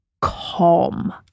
calm